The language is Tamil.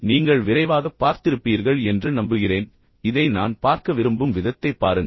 நீங்கள் விரைவாகப் பார்த்திருப்பீர்கள் என்று நம்புகிறேன் இதை நான் பார்க்க விரும்பும் விதத்தைப் பாருங்கள்